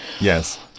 Yes